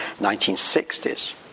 1960s